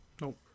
Nope